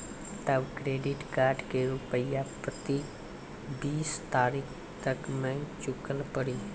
तब credit card के रूपिया प्रतीक बीस तारीख तक मे चुकल पड़ी?